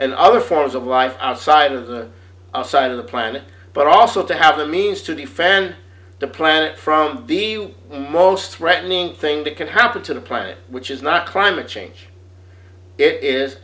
and other forms of life outside of the side of the planet but also to have the means to defend the planet from the most threatening thing that could happen to the planet which is not climate change i